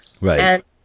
Right